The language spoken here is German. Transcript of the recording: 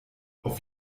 auf